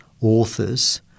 authors